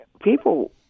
people